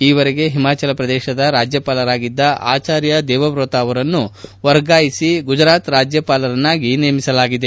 ಈವರೆಗೆ ಹಿಮಚಲ ಪ್ರದೇಶದ ರಾಜ್ಯಪಾಲರಾಗಿದ್ದ ಆಚಾರ್ಯ ದೇವವ್ರತ್ ಅವರನ್ನು ವರ್ಗಾಯಿಸಿ ಗುಜರಾತ್ ರಾಜ್ಲಪಾಲರನ್ನಾಗಿ ನೇಮಿಸಲಾಗಿದೆ